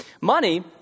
Money